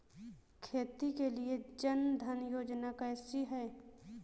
खेती के लिए जन धन योजना कैसी है?